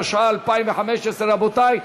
התשע"ה 2015. רבותי,